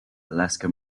alaska